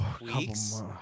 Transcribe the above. weeks